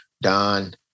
Don